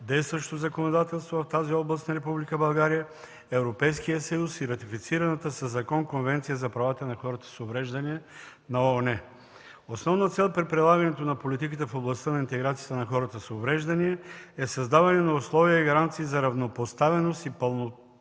действащото законодателство в тази област на Република България, Европейския съюз и ратифицираната със закон Конвенция за правата на хората с увреждания на ООН. Основна цел при прилагането на политиката в областта на интеграцията на хората с увреждания е създаване на условия и гаранции за равнопоставеност и пълноценно